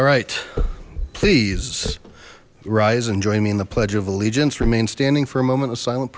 all right please rise and join me in the pledge of allegiance remain standing for a moment of silen